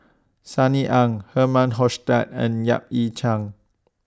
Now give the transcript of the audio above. Sunny Ang Herman Hochstadt and Yap Ee Chian